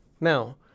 Now